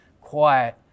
quiet